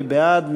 מי בעד?